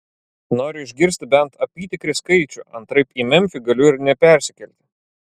noriu išgirsti bent apytikrį skaičių antraip į memfį galiu ir nepersikelti